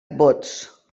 bots